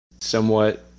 somewhat